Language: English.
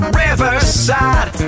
riverside